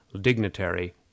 dignitary